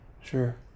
Sure